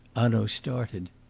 hanaud started.